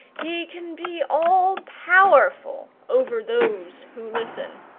he can be all powerful over those who listen.